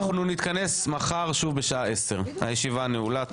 אנחנו נתכנס שוב מחר בשעה 10:00. הישיבה נעולה.